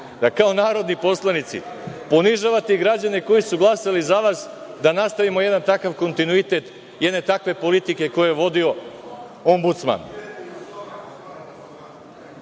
da kao narodni poslanici ponižavate građane koji su glasali za vas da nastavimo jedan takav kontinuitet jedne takve politike koju je vodio Ombudsman. Sad,